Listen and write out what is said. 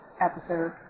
episode